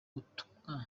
butumwa